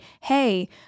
Hey